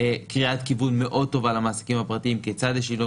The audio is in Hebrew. קריאת טובה מאוד טובה למעסיקים הפרטיים כיצד יש לנהוג